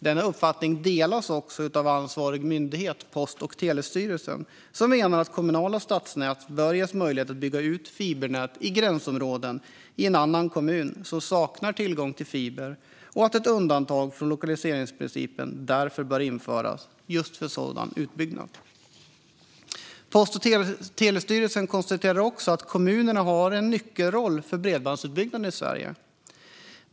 Denna uppfattning delas av ansvarig myndighet, Post och telestyrelsen, som menar att kommunala stadsnät bör ges möjlighet att bygga ut fibernät i gränsområden i en annan kommun som saknar tillgång till fiber och att ett undantag från lokaliseringsprincipen därför bör införas just för sådan utbyggnad. Post och telestyrelsen konstaterar också att kommunerna har en nyckelroll för bredbandsutbyggnaden i Sverige.